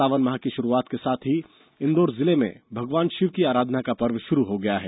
सावन माह की षुरुआत के साथ ही इंदौर जिले में भगवान शिव की आराधना का पर्व षुरू हो गया है